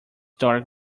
dark